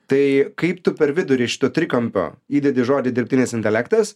tai kaip tu per vidurį šito trikampio įdedi žodį dirbtinis intelektas